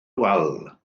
wal